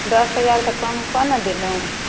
दस हजार तऽ कम कऽ ने देलहुँ